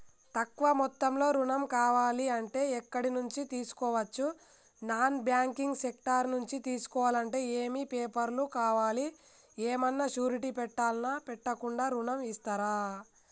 తక్కువ మొత్తంలో ఋణం కావాలి అంటే ఎక్కడి నుంచి తీసుకోవచ్చు? నాన్ బ్యాంకింగ్ సెక్టార్ నుంచి తీసుకోవాలంటే ఏమి పేపర్ లు కావాలి? ఏమన్నా షూరిటీ పెట్టాలా? పెట్టకుండా ఋణం ఇస్తరా?